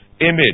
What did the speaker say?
image